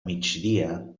migdia